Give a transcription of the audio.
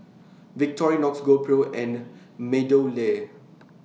Victorinox GoPro and Meadowlea